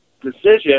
decision